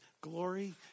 glory